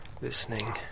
Listening